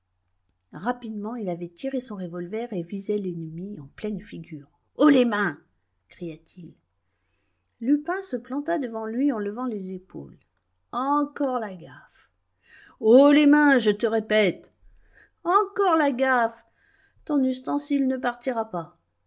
rapidement il avait tiré son revolver et visait l'ennemi en pleine figure haut les mains cria-t-il lupin se planta devant lui en levant les épaules encore la gaffe haut les mains je te répète encore la gaffe ton ustensile ne partira pas